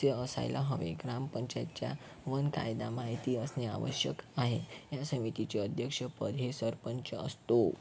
असायला हवे ग्रामपंचायतच्या वन कायदा माहिती असणे आवश्यक आहे या समितीचे अध्यक्षपद हे सरपंच असतो